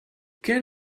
can